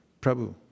Prabhu